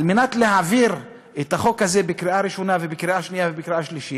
על מנת להעביר את החוק הזה בקריאה ראשונה ובקריאה שנייה ושלישית